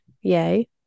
Yay